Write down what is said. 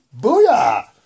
Booyah